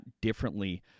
differently